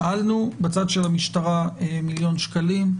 שאלנו בצד של המשטרה, מיליון שקלים.